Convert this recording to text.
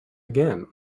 again